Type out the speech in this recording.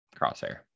crosshair